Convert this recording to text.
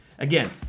Again